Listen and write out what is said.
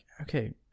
okay